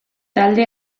talde